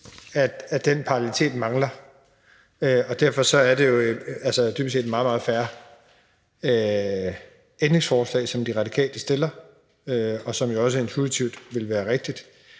at den parallelitet mangler. Derfor er det dybest set et meget, meget fair ændringsforslag, som De Radikale vil stille, og som jo også intuitivt vil være det rigtige.